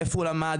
איפה הוא למד,